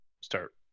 start